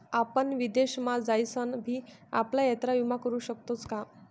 आपण विदेश मा जाईसन भी आपला यात्रा विमा करू शकतोस का?